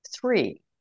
three